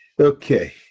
Okay